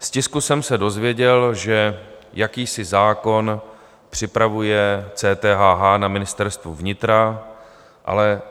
Z tisku jsem se dozvěděl, že jakýsi zákon připravuje CTHH na Ministerstvu vnitra, ale